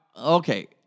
okay